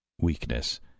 Weakness